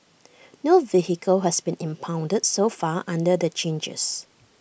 no vehicle has been impounded so far under the changes